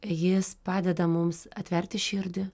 jis padeda mums atverti širdį